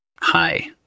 Hi